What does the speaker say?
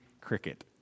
Cricket